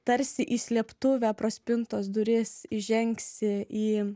tarsi į slėptuvę pro spintos duris įžengsi į